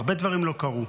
הרבה דברים לא קרו.